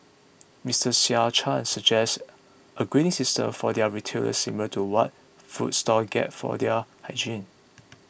Mister Sean Chan suggests a grading system for their retailers similar to what food stalls get for their hygiene